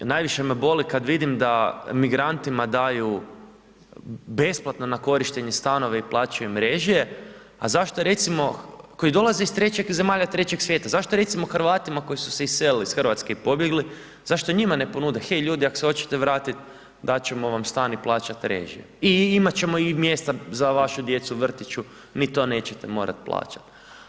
I najviše me boli kad vidim da migrantima daju besplatno na korištenje stanove i plaćaju im režije, a zašto recimo koji dolaze iz trećeg, zemalja trećeg svijeta, zašto recimo Hrvatima koji su se iselili iz RH i pobjegli, zašto njima ne ponude, hej ljudi ak se oćete vratit dat ćemo vam stan i plaćat režije i imat ćemo i mjesta za vašu djecu u vrtiću, vi to nećete morat plaćat.